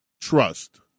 trust